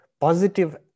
positive